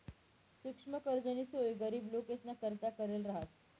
सुक्ष्म कर्जनी सोय गरीब लोकेसना करता करेल रहास